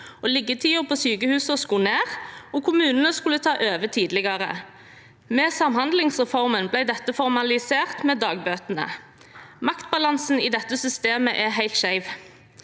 Liggetiden på sykehusene skulle ned, og kommunene skulle ta over tidligere. Med samhandlingsreformen ble dette formalisert med dagbøtene. Maktbalansen i dette systemet er helt skjev.